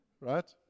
Right